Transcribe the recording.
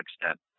extent